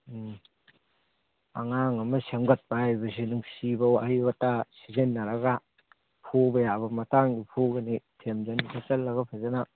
ꯎꯝ ꯑꯉꯥꯡ ꯑꯃ ꯁꯦꯝꯒꯠꯄ ꯍꯥꯏꯕꯁꯤ ꯅꯨꯡꯁꯤꯕ ꯋꯥꯍꯩ ꯋꯥꯇꯥ ꯁꯤꯖꯟꯅꯔꯒ ꯐꯨꯕ ꯌꯥꯕ ꯃꯇꯥꯡꯗ ꯐꯨꯒꯅꯤ ꯊꯦꯝꯖꯟ ꯈꯣꯆꯜꯂꯒ ꯐꯖꯅ